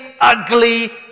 ugly